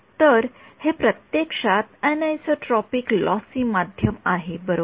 तर हे प्रत्यक्षात एनिसोट्रॉपिक लॉसी माध्यम आहे बरोबर